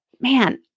man